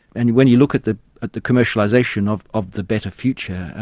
and when you look at the at the commercialisation of of the better future,